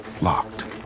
locked